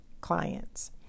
clients